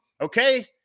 Okay